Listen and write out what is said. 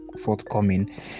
forthcoming